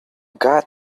got